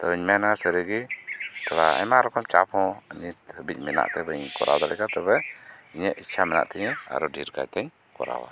ᱟᱫᱩᱧ ᱢᱮᱱᱟ ᱥᱟᱹᱨᱤᱜᱮ ᱛᱷᱚᱲᱟ ᱟᱭᱢᱟ ᱨᱚᱠᱚᱢ ᱪᱟᱯ ᱦᱚᱸ ᱱᱤᱛ ᱦᱟᱹᱵᱤᱡ ᱢᱮᱱᱟᱜ ᱛᱮ ᱵᱟᱹᱧ ᱠᱚᱨᱟᱣ ᱫᱟᱲᱮ ᱟᱠᱟᱫᱟ ᱛᱚᱵᱮ ᱤᱧᱟᱜ ᱤᱪᱪᱷᱟ ᱢᱮᱱᱟᱜ ᱛᱤᱧᱟᱹ ᱟᱨᱚ ᱰᱷᱮᱨ ᱠᱟᱭᱛᱤᱧ ᱠᱚᱨᱟᱣᱟ